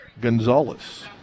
Gonzalez